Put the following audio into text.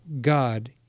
God